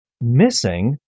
missing